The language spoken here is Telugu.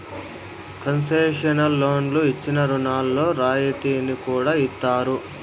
కన్సెషనల్ లోన్లు ఇచ్చిన రుణాల్లో రాయితీని కూడా ఇత్తారు